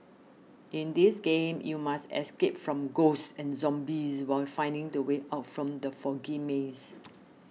in this game you must escape from ghosts and zombies while finding the way out from the foggy maze